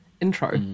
intro